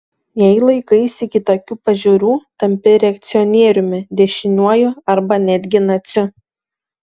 jei laikaisi kitokių pažiūrų tampi reakcionieriumi dešiniuoju arba netgi naciu